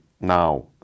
now